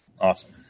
Awesome